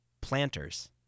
planters